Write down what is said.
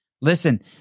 listen